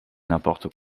n’importe